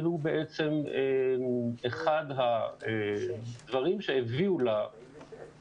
שהוא בעצם אחד הדברים שהביאו